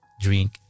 drink